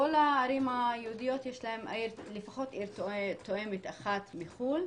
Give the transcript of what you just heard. לכל הערים היהודיות יש לפחות עיר תואמת אחת מחו"ל,